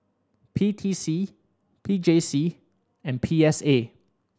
P T C P J C and P S A